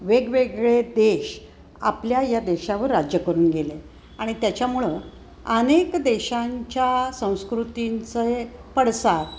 वेगवेगळे देश आपल्या या देशावर राज्य करून गेले आणि त्याच्यामुळं अनेक देशांच्या संस्कृतींचे पडसाद